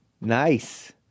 nice